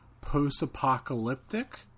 post-apocalyptic